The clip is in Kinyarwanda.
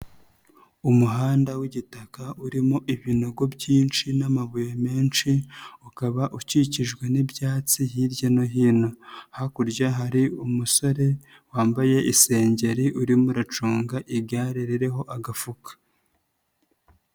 Umuhanda w'igitaka urimo ibinogo byinshi n'amabuye menshi ukaba ukikijwe n'ibyatsi hirya no hino, hakurya hari umusore wambaye isengeri urimo uracunga igare ririho agafuka.